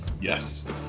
yes